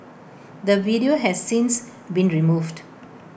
the video has since been removed